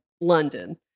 London